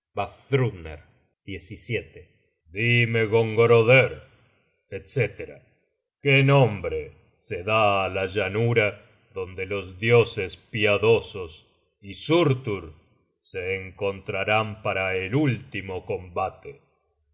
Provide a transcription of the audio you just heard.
dime gongroder etc qué nombre se da á la llanura donde los dioses piadosos y surtur se encontrarán para el último combate